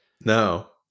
No